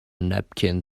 napkin